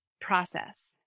process